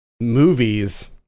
movies